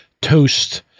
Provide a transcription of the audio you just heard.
toast